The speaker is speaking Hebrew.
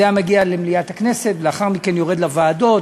זה היה מגיע למליאת הכנסת ולאחר מכן יורד לוועדות,